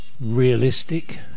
realistic